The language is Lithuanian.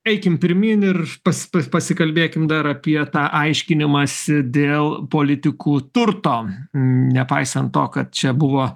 eikim pirmyn ir pas pasikalbėkim dar apie tą aiškinimąsi dėl politikų turto nepaisant to kad čia buvo